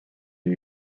new